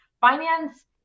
finance